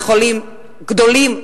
הגדולים,